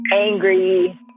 angry